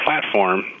platform